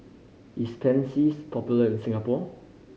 is Pansy popular in Singapore